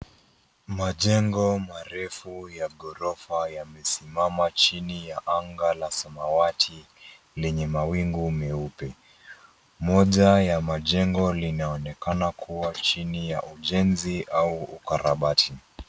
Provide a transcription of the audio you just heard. Majengo marefu ya ghorofa yamesimama chini ya anga la samawati lenye mawingu meupe. Moja ya majengo linaonekana kuwa chini ya ujenzi au ukarabati.